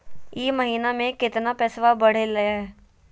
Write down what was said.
ई महीना मे कतना पैसवा बढ़लेया?